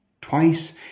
Twice